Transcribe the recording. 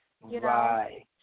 Right